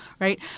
right